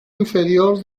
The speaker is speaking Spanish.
inferior